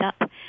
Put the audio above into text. up